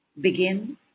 Begin